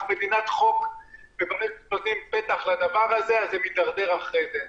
אנחנו מדינת חוק וברגע שנותנים פתח לדבר הזה זה מידרדר אחרי זה.